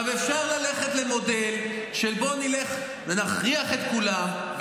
עכשיו אפשר ללכת למודל של בוא נלך ונכריח את כולם,